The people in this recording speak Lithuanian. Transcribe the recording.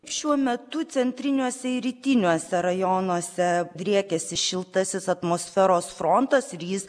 šiuo metu centriniuose ir rytiniuose rajonuose driekiasi šiltasis atmosferos frontas ir jis